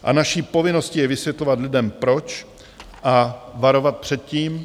A naší povinností je vysvětlovat lidem proč a varovat před tím.